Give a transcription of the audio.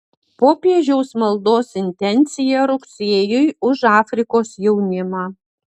popiežiaus maldos intencija rugsėjui už afrikos jaunimą